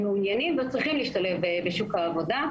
כאלה שמעוניינים וצריכים להשתלב בשוק העבודה.